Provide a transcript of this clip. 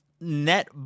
net